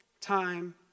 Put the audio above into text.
time